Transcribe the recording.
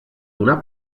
donar